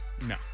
No